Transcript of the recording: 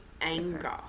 anger